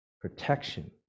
protection